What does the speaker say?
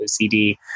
OCD